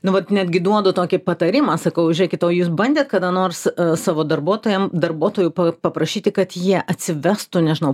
nu vat netgi duodu tokį patarimą sakau žiūrėkit o jūs bandėt kada nors savo darbuotojam darbuotojų paprašyti kad jie atsivestų nežinau pažįstamus kolegas